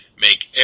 make